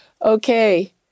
Okay